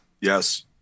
Yes